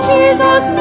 Jesus